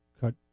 cut